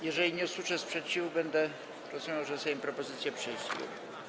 Jeżeli nie usłyszę sprzeciwu, będę rozumiał, że Sejm propozycję przyjął.